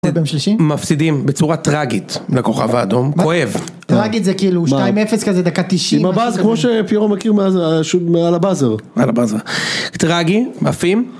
מפסידים בצורה טראגית לכוכב האדום, כואב, טראגית זה כאילו 2-0 כזה דקה תשעים, כמו שפיירו מכיר מה זה על הבאזר, טראגי, עפים